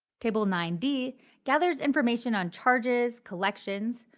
table nine d gathers information on charges, collections,